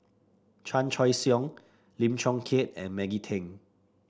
Chan Choy Siong Lim Chong Keat and Maggie Teng